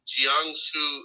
Jiangsu